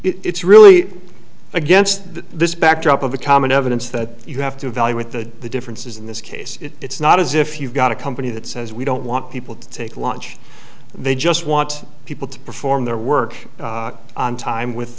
it's really against this backdrop of a common evidence that you have to evaluate the differences in this case it's not as if you've got a company that says we don't want people to take lunch they just want people to perform their work on time with